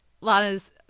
Lana's